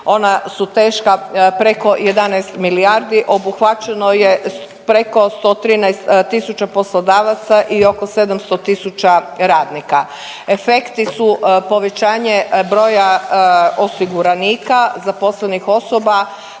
ona su teška preko 11 milijardi. Obuhvaćeno je preko 113 tisuća poslodavaca i oko 700 tisuća radnika. Efekti su povećanje broja osiguranika, zaposlenih osoba,